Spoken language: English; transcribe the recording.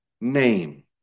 name